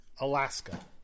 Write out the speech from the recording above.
Alaska